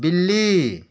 बिल्ली